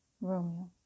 Romeo